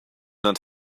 not